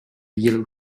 yellow